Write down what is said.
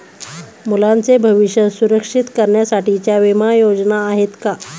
मुलांचे भविष्य सुरक्षित करण्यासाठीच्या विमा योजना आहेत का?